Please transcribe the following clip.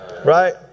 Right